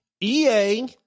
EA